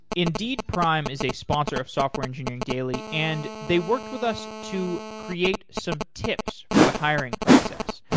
indeed prime is a sponsor of software engineering daily and they worked with us to create some tips for the hiring process.